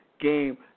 game